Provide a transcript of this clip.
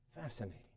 Fascinating